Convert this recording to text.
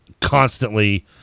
constantly